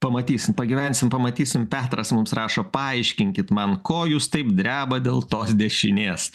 pamatysim pagyvensim pamatysim petras mums rašo paaiškinkit man ko jūs taip drebat dėl tos dešinės